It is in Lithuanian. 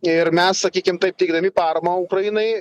ir mes sakykim taip teikdami paramą ukrainai